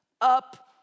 up